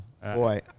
Boy